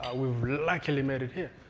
ah we've luckily made it here.